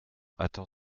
attend